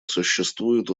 существует